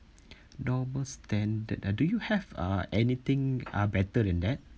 normal standard uh do you have uh anything uh better than that